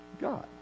God